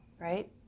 right